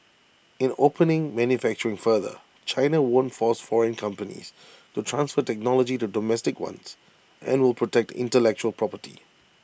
in opening manufacturing further China won't force foreign companies to transfer technology to domestic ones and will protect intellectual property